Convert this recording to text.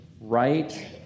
right